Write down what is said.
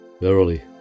Verily